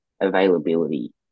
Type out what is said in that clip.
availability